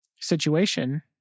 situation